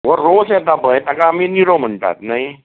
हो रोस येता पळय ताका निरो म्हणटात न्हय